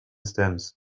stems